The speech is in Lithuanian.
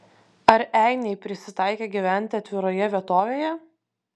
ar einiai prisitaikę gyventi atviroje vietovėje